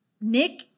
Nick